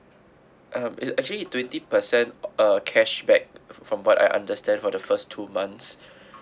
um it actually twenty percent uh cashback from what I understand for the first two months